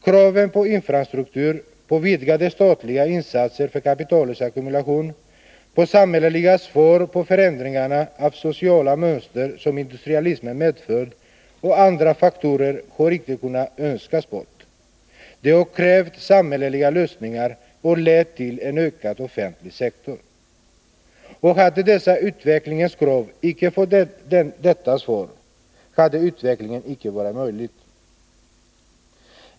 Kraven på infrastruktur, på vidgade statliga insatser för kapitalets ackumulation, på samhälleliga svar på förändringar av sociala mönster som industrialismen medfört och andra faktorer har icke kunnat önskas bort. De har krävt samhälleliga lösningar och lett till en ökad offentlig sektor. Och hade dessa utvecklingens krav icke fått detta svar, hade utvecklingen icke varit möjlig.